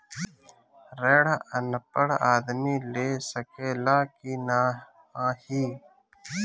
ऋण अनपढ़ आदमी ले सके ला की नाहीं?